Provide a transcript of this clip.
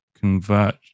convert